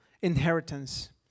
inheritance